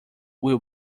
will